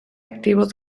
activos